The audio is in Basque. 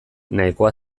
nahikoa